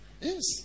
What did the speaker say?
Yes